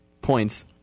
points